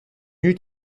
mieux